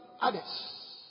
Others